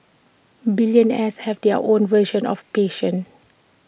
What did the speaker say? billionaires have their own version of patience